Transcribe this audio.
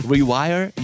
Rewire